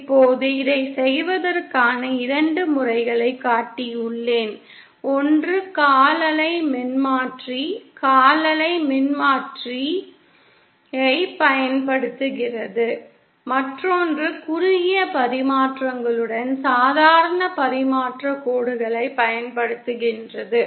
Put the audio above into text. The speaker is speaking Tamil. இப்போது இதைச் செய்வதற்கான 2 முறைகளைக் காட்டியுள்ளேன் ஒன்று கால் அலை மின்மாற்றி கால் அலை மின்மாற்றியைப் பயன்படுத்துகிறது மற்றொன்று குறுகிய பரிமாற்றங்களுடன் சாதாரண பரிமாற்றக் கோடுகளைப் பயன்படுத்துகிறது